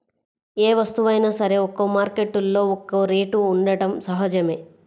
ఏ వస్తువైనా సరే ఒక్కో మార్కెట్టులో ఒక్కో రేటు ఉండటం సహజమే